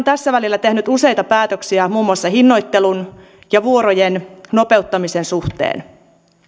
tässä välillä tehnyt useita päätöksiä muun muassa hinnoittelun ja vuorojen nopeuttamisen suhteen